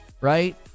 Right